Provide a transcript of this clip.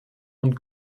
und